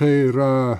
tai yra